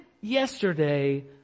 yesterday